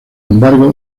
embargo